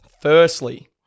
Firstly